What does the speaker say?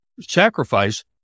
sacrifice